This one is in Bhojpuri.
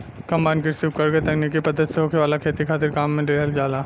कंबाइन कृषि उपकरण के तकनीकी पद्धति से होखे वाला खेती खातिर काम में लिहल जाला